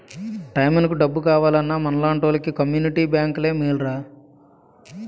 టయానికి డబ్బు కావాలన్నా మనలాంటోలికి కమ్మునిటీ బేంకులే మేలురా